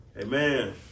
Amen